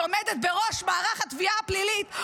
שעומדת בראש מערך התביעה הפלילית,